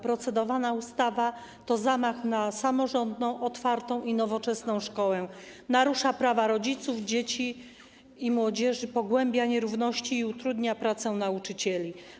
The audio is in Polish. Procedowana ustawa to zamach na samorządną, otwartą i nowoczesną szkołę, narusza prawa rodziców, dzieci i młodzieży, pogłębia nierówności i utrudnia pracę nauczycieli.